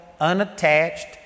unattached